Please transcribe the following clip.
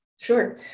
Sure